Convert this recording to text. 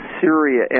Syria